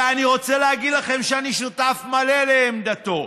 ואני רוצה להגיד לכם שאני שותף מלא לעמדתו.